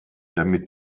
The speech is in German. damit